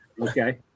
Okay